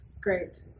Great